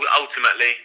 ultimately